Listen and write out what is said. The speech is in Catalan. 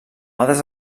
altres